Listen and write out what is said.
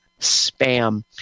spam